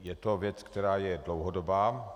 Je to věc, která je dlouhodobá.